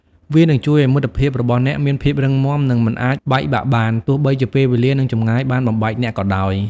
វានឹងជួយឱ្យមិត្តភាពរបស់អ្នកមានភាពរឹងមាំនិងមិនអាចបែកបាក់បាន ទោះបីជាពេលវេលានិងចម្ងាយបានបំបែកអ្នកក៏ដោយ។